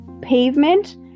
pavement